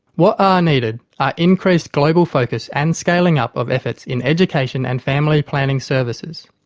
what are needed are increased global focus and scaling up of efforts in education and family planning services.